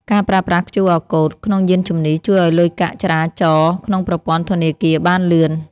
ការប្រើប្រាស់ QR Code ក្នុងយានជំនិះ ជួយឱ្យលុយកាក់ចរាចរណ៍ក្នុងប្រព័ន្ធធនាគារបានលឿន។